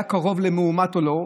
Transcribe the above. היה קרוב למאומת או לא,